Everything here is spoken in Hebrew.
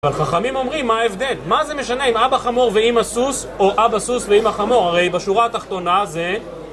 אבל חכמים אומרים מה ההבדל? מה זה משנה אם אבא חמור ואימא סוס או אבא סוס ואימא חמור? הרי בשורה התחתונה זה...